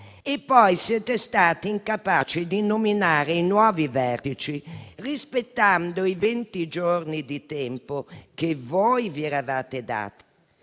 poi siete stati incapaci di nominare i nuovi vertici, rispettando i venti giorni di tempo che voi vi eravate dati,